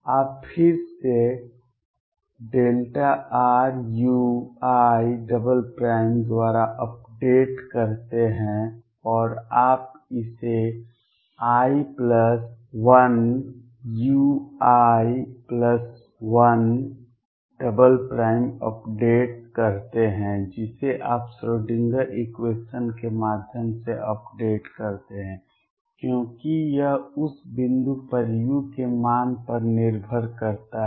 आप फिर से rui द्वारा अपडेट करते हैं और अब आप इसे i 1 ui1 अपडेट करते हैं जिसे आप श्रोडिंगर इक्वेशन के माध्यम से अपडेट करते हैं क्योंकि यह उस बिंदु पर u के मान पर निर्भर करता है